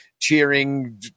cheering